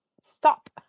stop